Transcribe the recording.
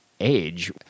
age